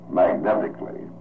magnetically